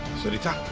sarita?